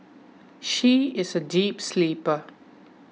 she is a deep sleeper